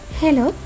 Hello